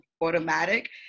Automatic